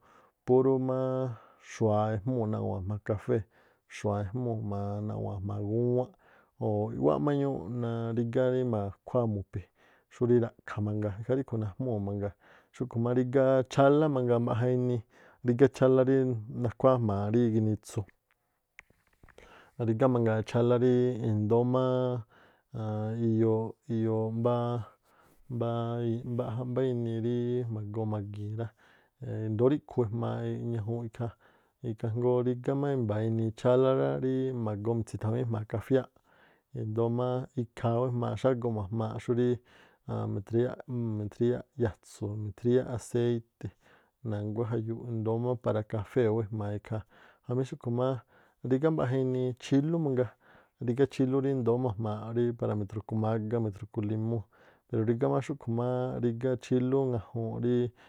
Púrú má xua̱a iꞌwa̱a̱n jma̱a kafée̱, xu̱a ejmúu̱ jma̱a naꞌwa̱a̱n jma̱a gúwánꞌ o̱ i̱ꞌwáꞌ má ñúúꞌ narígá rí nakhuáá mu̱phi̱ xúrí ra̱ꞌkha̱ꞌ mangaa ikhaa ríꞌkhu̱ najmuu̱ mangaa xúkhu̱ má rígá chálá mangaa mbaꞌja inii, chálá rí nakhuáá jma̱a rí ginitsu. Rígá mangaa chálá ríí indóó máá aan iyooꞌ mbáá, mbáá mba̱ja mbá inii ríí ma̱ꞌgo̱o̱ magiin rá, indóó ríkhu̱ najmaa ñajuunꞌ ikhaa. Ikhaa jngóó rigá i̱mba̱ inii chála rá, rí ma̱goo mitsi̱thaŋuíí jma̱a kafiáa̱, i̱ndóó ikhaa ú ejma̱a̱ꞌ xágoo ma̱jma̱a xúríí ann- mithriyáꞌ- mithriyáꞌ- yatsu̱, mithriyáꞌ aséiti̱, na̱nguá jayuuꞌ indóó má i̱ndóó má para kafée̱ ú ejmaa ikhaa. Jamí xúꞌkhu̱ má rigá mbaꞌja inii, chílú mangaa, rígá chílú ríndóo̱ ma̱jma̱a̱ꞌ rí para mitrukuu̱ mágá, mitrukuu̱ limúu̱ pero rigá máá xúꞌkhu̱ máá rígá chílú ŋajuunꞌ ríí.